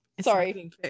sorry